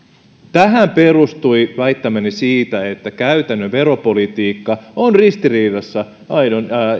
tähän perustui väittämäni siitä että käytännön veropolitiikka on ristiriidassa aitojen